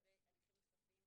לגבי הליכים נוספים,